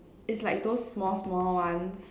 is like those small small ones